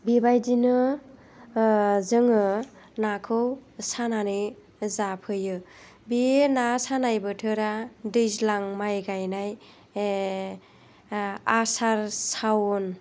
बेबायदिनो जोङो नाखौ सानानै जाफैयो बे ना सानाय बोथोरा दैज्लां माइ गायनाय आसार सावोन